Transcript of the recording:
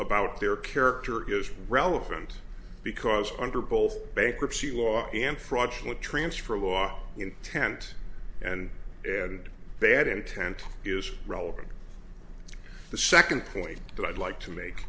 about their character is relevant because under both bankruptcy law and fraudulent transfer a lot of intent and and bad intent is relevant the second point that i'd like to make